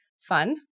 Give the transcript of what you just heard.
fun